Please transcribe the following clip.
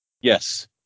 Yes